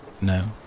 No